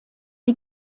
die